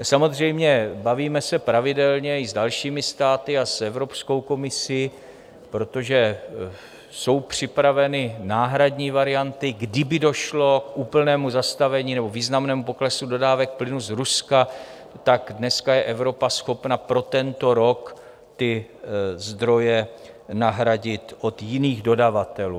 Samozřejmě, bavíme se pravidelně i s dalšími státy a s Evropskou komisí, protože jsou připraveny náhradní varianty kdyby došlo k úplnému zastavení nebo významnému poklesu dodávek plynu z Ruska, tak dneska je Evropa schopna pro tento rok ty zdroje nahradit od jiných dodavatelů.